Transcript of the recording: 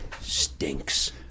Stinks